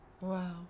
Wow